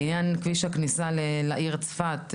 לעניין כביש הכניסה לעיר צפת,